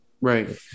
Right